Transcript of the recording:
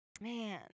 man